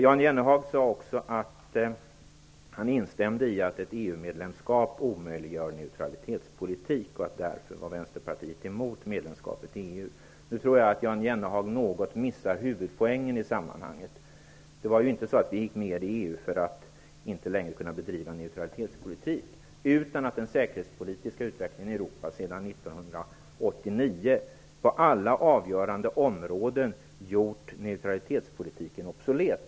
Jan Jennehag sade också att han instämmer i att ett EU-medlemskap omöjliggör neutralitetspolitik och att Vänsterpartiet därför är emot medlemskap i EU. Nu tror jag att Jan Jennehag något missar huvudpoängen i sammanhanget. Det var ju inte så att vi gick med i EU för att inte längre kunna bedriva neutralitetspolitik. Vi gjorde det för att den säkerhetspolitiska utvecklingen i Europa sedan 1989 på alla avgörande områden gjort neutralitetspolitiken obsolet.